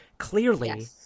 Clearly